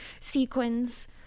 Sequins